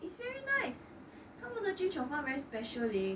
it's very nice 他们的 chee cheong fun very specially leh